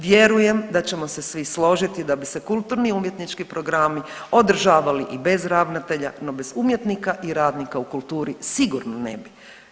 Vjerujem da ćemo se svi složiti da bi se kulturni umjetnički programi održavali i bez ravnatelja, no bez umjetnika i radnika u kulturi sigurno ne bi.